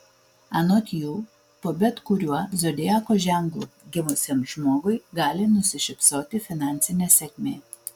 anot jų po bet kuriuo zodiako ženklu gimusiam žmogui gali nusišypsoti finansinė sėkmė